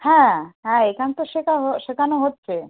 হ্যাঁ হ্যাঁ এখান তো শেখা হ শেখানো হচ্ছে